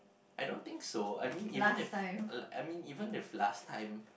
I don't think so I mean even if I I mean even if last time